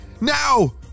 now